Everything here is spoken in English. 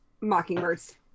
mockingbirds